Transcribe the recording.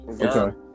Okay